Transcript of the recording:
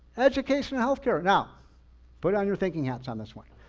education and healthcare. now put on your thinking hats on this one.